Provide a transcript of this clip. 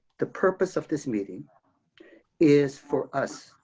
the purpose of this meeting is for us,